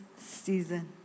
season